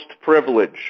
privilege